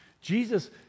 Jesus